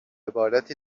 عبارت